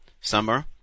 summer